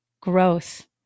growth